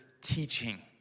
teaching